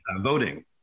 voting